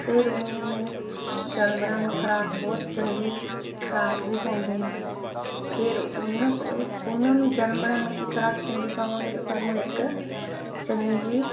ਫਿਰ ਉਹ ਨੂੰ ਜਾਨਵਰਾਂ ਨੂੰ ਖੁਰਾਕ ਬਹੁਤ ਚੰਗੀ ਖੁਰਾਕ ਵੀ ਪਾਉਂਦੇ ਹਾਂ ਫਿਰ ਉਹਨਾਂ ਦੇ ਉਹ 'ਚ ਉਹਨਾਂ ਨੂੰ ਜਾਨਵਰਾਂ ਨੂੰ ਅਸੀਂ ਖੁਰਾਕ ਚੰਗੀ ਪਾਵਾਂਗੇ ਤਾਂ ਸਾਨੂੰ ਇੱਕ ਚੰਗੀ